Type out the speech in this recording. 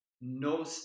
no